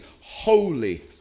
holy